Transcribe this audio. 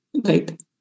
Right